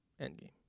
Endgame